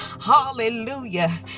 Hallelujah